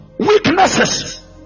Weaknesses